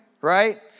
right